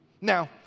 Now